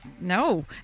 No